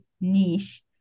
niche